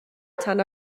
tan